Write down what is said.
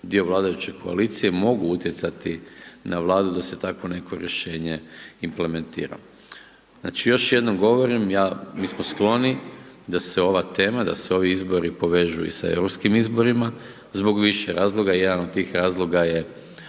dio vladajuće koalicije, mogu utjecati na vladu da se takvo neko rješenje implementira. Znači još jednom govorim mi smo skloni da se ova tema, da se ovi izbori povežu i sa europskim izborima zbog više razloga, jedan od tih razloga je